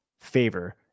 favor